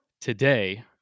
Today